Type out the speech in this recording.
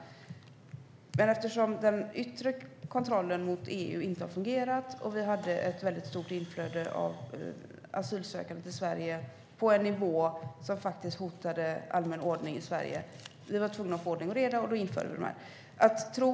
Eftersom den yttre kontrollen mot EU inte har fungerat, och det var ett stort inflöde av asylsökande till Sverige på en nivå som hotade allmän ordning i Sverige, införde vi kontrollerna.